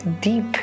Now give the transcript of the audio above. deep